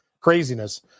Craziness